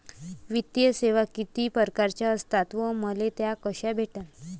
वित्तीय सेवा कितीक परकारच्या असतात व मले त्या कशा भेटन?